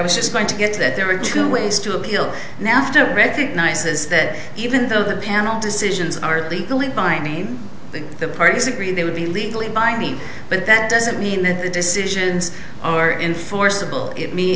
was just going to get to that there are two ways to kill now after recognizes that even though the panel decisions are legally binding the parties agree they would be legally binding but that doesn't mean that the decisions are in forcible it me